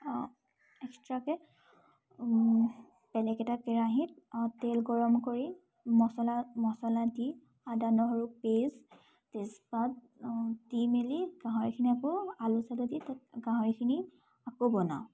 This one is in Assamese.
এক্সট্ৰাকৈ বেলেগ এটা কেৰাহীত তেল গৰম কৰি মচলা মচলা দি আদা নহৰু পেষ্ট তেজপাত অ দি মেলি গাহৰিখিনি আকৌ আলু চালু দি তাত গাহৰিখিনি আকৌ বনাওঁ